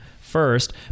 first